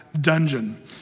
dungeon